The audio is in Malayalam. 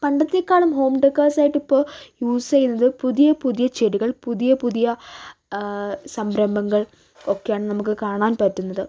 പണ്ടത്തേക്കാളും ഹോം ഡെക്കേഴ്സ് ആയിട്ടിപ്പോൾ യൂസ് ചെയ്യുന്നത് പുതിയ പുതിയ ചെടികൾ പുതിയ പുതിയ സംരംഭങ്ങൾ ഒക്കെയാണ് നമുക്ക് കാണാൻ പറ്റുന്നത്